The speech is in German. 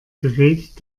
gerät